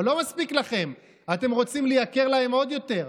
אבל לא מספיק לכם, אתם רוצים לייקר להם עוד יותר.